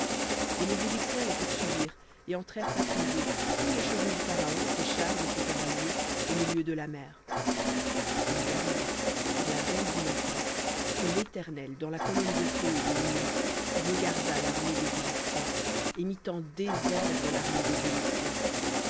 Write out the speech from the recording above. et les égyptiens les poursuivirent et entrèrent après eux tous les chevaux du pharaon ses chars et ses cavaliers au milieu de la mer et il arriva sur la veille du matin que l'éternel dans la colonne de feu et de nuée regarda l'armée des égyptiens et mit en désordre l'armée des égyptiens